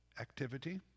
activity